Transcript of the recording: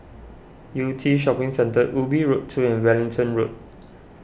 Yew Tee Shopping Centre Ubi Road two and Wellington Road